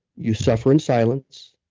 you suffer in silence.